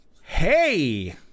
Hey